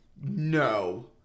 No